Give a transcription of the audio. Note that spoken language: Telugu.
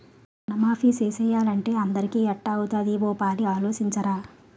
రుణమాఫీ సేసియ్యాలంటే అందరికీ ఎట్టా అవుతాది ఓ పాలి ఆలోసించరా